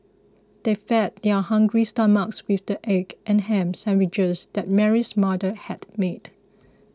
they fed their hungry stomachs with the egg and ham sandwiches that Mary's mother had made